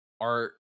art